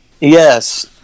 Yes